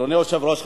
אדוני היושב-ראש,